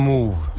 Move